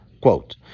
Quote